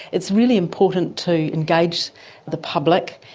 it's really important to engage the public,